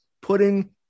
putting